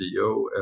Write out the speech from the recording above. CEO